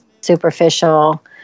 superficial